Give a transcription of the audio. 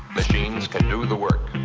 machines can do the work.